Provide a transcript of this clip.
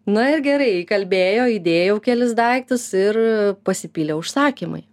na ir gerai įkalbėjo įdėjau kelis daiktus ir pasipylė užsakymai